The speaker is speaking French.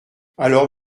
alors